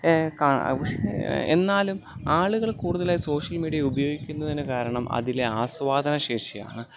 എന്നാലും ആളുകൾ കൂടുതലായി സോഷ്യൽ മീഡിയ ഉപയോഗിക്കുന്നതിന് കാരണം അതിലെ ആസ്വാദനശേഷിയാണ്